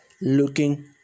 looking